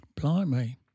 Blimey